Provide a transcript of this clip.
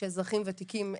שאזרחים וותיקים הם,